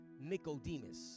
Nicodemus